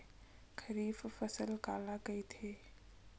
खरीफ फसल काला कहिथे?